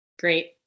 Great